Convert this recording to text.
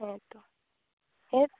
ᱦᱮᱸ ᱛᱳ ᱦᱮᱸ